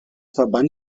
verband